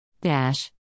Dash